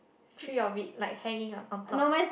three of it like hanging up on top